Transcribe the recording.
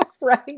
Right